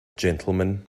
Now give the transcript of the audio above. gentlemen